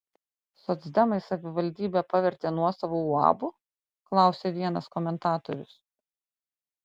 socdemai savivaldybę pavertė nuosavu uabu klausia vienas komentatorius